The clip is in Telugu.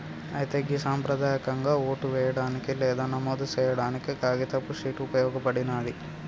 అయితే గి సంప్రదాయకంగా ఓటు వేయడానికి లేదా నమోదు సేయాడానికి కాగితపు షీట్ ఉపయోగించబడినాది